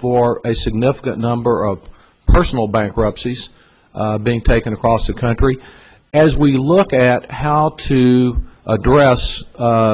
for a significant number of personal bankruptcies being taken across the country as we look at how to address